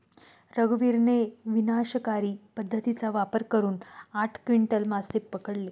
रघुवीरने विनाशकारी पद्धतीचा वापर करून आठ क्विंटल मासे पकडले